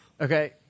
Okay